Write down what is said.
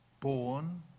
born